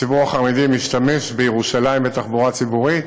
הציבור החרדי משתמש בירושלים בתחבורה ציבורית?